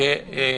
שמה?